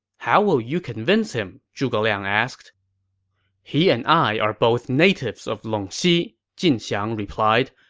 how will you convince him? zhuge liang asked he and i are both natives of longxi, jin xiang replied.